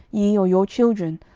ye or your children,